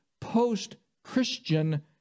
post-Christian